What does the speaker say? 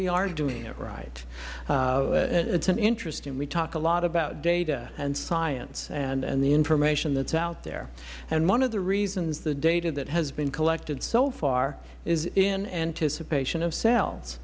we are doing it right it is interesting we talk a lot about data and science and the information that is out there and one of the reasons the data that has been collected so far is in anticipation of sales